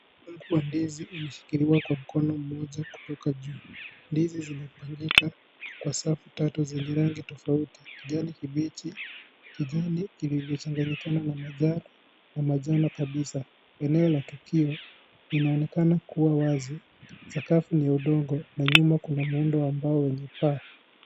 Mkungu wa ndizi imeshikiliwa kwa mkono mmoja kutoka juu . Ndizi zimepangika kwa safu tatu zenye rangi tofauti, kijani kibichi kijani kilivyochanganyikiwa pamoja na manjano kabisa. Eneo la tukio linaonekana kuwa wazi sakafu ni ya udongo na nyuma kunamwendo wa mbao wenye paa.